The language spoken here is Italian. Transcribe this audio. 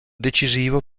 decisivo